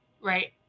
right